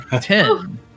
Ten